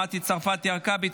מטי צרפתי הרכבי,